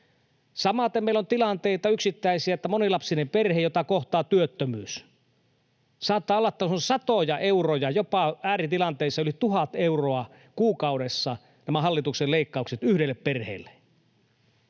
Samaten meillä on yksittäisiä tilanteita, että monilapsista perhettä kohtaa työttömyys. Saattaa olla, että ovat satoja euroja, ääritilanteissa jopa yli tuhat euroa kuukaudessa nämä hallituksen leikkaukset yhdelle perheelle.